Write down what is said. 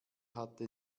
hatte